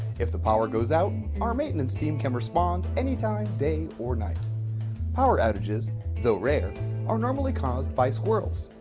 if the power goes out our maintenance team can respond anytime day or night power outages though rare are normally caused by squirrels.